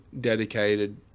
dedicated